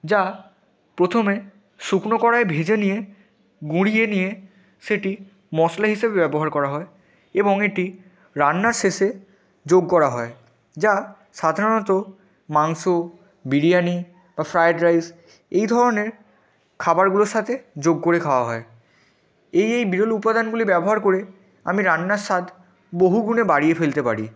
যা প্রথমে শুকনো কড়ায় ভেজে নিয়ে গুঁড়িয়ে নিয়ে সেটি মশলা হিসেবে ব্যবহার করা হয় এবং এটি রান্নার শেষে যোগ করা হয় যা সাধারণত মাংস বিরিয়ানি বা ফ্রায়েড রাইস এই ধরনের খাবারগুলোর সাথে যোগ করে খাওয়া হয় এই এই বিরল উপাদানগুলি ব্যবহার করে আমি রান্নার স্বাদ বহু গুণে বাড়িয়ে ফেলতে পারি